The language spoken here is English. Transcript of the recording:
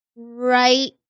Right